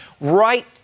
right